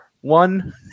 one